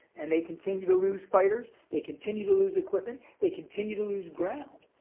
and they continue to lose fighters, they continue to lose equipment, they continue to lose ground